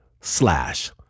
slash